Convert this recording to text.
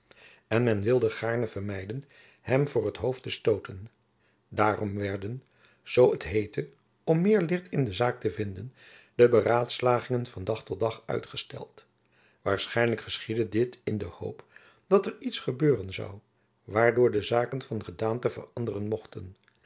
en men wilde gaarne vermijden hem voor het hoofd te stooten daarom werden zoo t heette om meer licht in de zaak te vinden de beraadslagingen van dag tot dag uitgesteld waarschijnlijk geschiedde dit in de hoop dat er iets gebeuren zoû waardoor de zaken van gedaante veranderen mochten